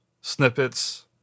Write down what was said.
snippets